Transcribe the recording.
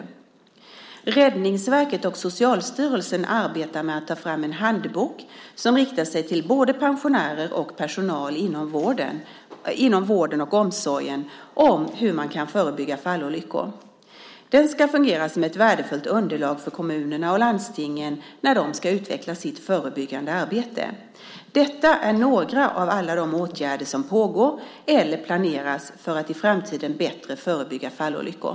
Räddningsverket och Socialstyrelsen arbetar med att ta fram en handbok, som riktar sig till både pensionärer och personal inom vården och omsorgen, om hur man kan förebygga fallolyckor. Den ska fungera som ett värdefullt underlag för kommunerna och landstingen när de ska utveckla sitt förebyggande arbete. Detta är några av alla de åtgärder som pågår eller planeras för att i framtiden bättre förebygga fallolyckor.